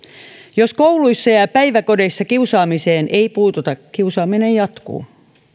jos kouluissa ja ja päiväkodeissa kiusaamiseen ei puututa kiusaaminen jatkuu